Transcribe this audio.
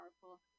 powerful